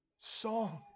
song